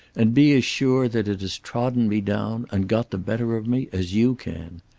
and be as sure that it has trodden me down and got the better of me as you can.